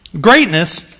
greatness